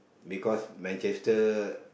because Manchester